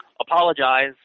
apologize